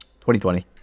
2020